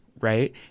Right